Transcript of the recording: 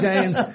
James